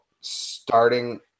starting